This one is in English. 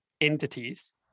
entities